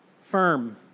firm